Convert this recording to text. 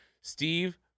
Steve